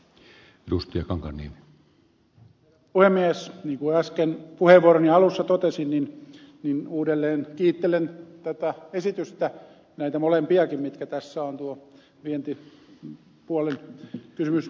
niin kuin äsken puheenvuoroni alussa totesin niin uudelleen kiittelen tätä esitystä näitä molempiakin esityksiä mitkä tässä ovat tuo vientipuolen kysymys myös